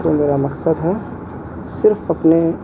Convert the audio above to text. تو میرا مقصد ہے صرف اپنے